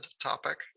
topic